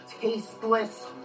tasteless